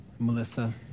Melissa